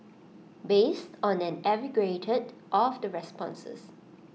based on an aggregate of the responses